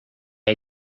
hay